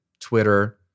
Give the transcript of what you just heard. Twitter